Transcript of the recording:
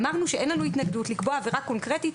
אמרנו שאין לנו התנגדות לקבוע עבירה קונקרטית,